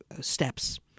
steps